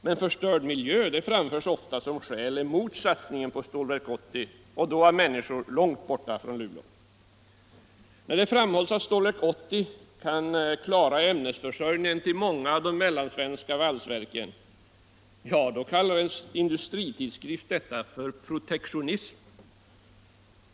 Men förstörd miljö framförs ofta som skäl emot satsningen på Stålverk 80, och då av människor långt borta från Luleå. När det framhålls att Stålverk 80 kan klara ämnesförsörjningen till många av de mellansvenska valsverken, ja, då kallar en industritidskrift detta för protektionism.